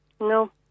No